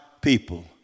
people